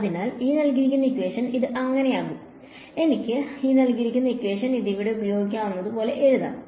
അതിനാൽ ഇത് അങ്ങനെയാകും എനിക്ക് ഇത് ഇവിടെ ഉപയോഗിക്കാനാകുന്നത് പോലെ എഴുതാം